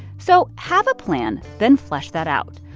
so have a plan then flesh that out.